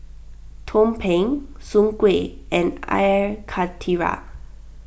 Tumpeng Soon Kuih and Air Karthira